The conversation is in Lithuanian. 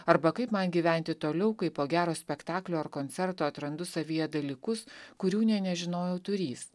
arba kaip man gyventi toliau kai po gero spektaklio ar koncerto atrandu savyje dalykus kurių nė nežinojau turįs